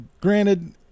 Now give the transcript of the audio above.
granted